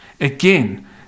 Again